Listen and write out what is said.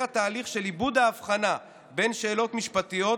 התהליך של איבוד ההבחנה בין שאלות משפטיות,